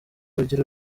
ugira